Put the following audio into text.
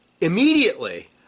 immediately